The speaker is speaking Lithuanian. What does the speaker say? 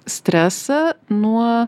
stresą nuo